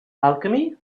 alchemy